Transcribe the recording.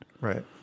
Right